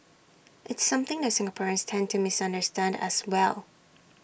it's something that Singaporeans tend to misunderstand as well